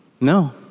No